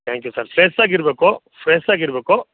thank you sir fresh ಆಗಿರಬೇಕು fresh ಆಗಿರಬೇಕು